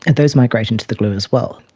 and those migrate into the glue as well.